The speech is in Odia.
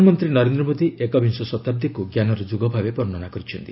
ପ୍ରଧାନମନ୍ତ୍ରୀ ନରେନ୍ଦ୍ର ମୋଦୀ ଏକବିଂଶ ଶତାବ୍ଦୀକୁ ଜ୍ଞାନର ଯୁଗ ଭାବେ ବର୍ଷ୍ଣନା କରିଛନ୍ତି